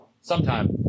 sometime